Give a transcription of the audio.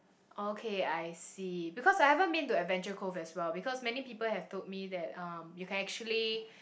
okay I see because I haven't been to Adventure-Cove as well because many people have told me that um you can actually